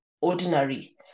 ordinary